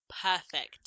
perfect